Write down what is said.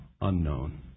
unknown